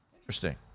Interesting